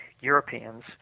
Europeans